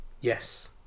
Yes